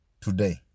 today